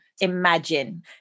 imagine